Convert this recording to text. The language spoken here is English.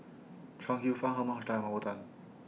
Chuang Hsueh Fang Herman Hochstadt and Mah Bow Tan